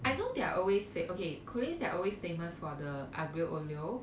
I know they're always famous okay collin's they're always famous for the aglio olio